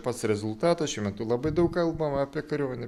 pats rezultatas šiuo metu labai daug kalbama apie kariuomenę